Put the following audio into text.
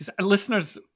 Listeners